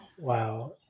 Wow